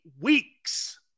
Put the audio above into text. weeks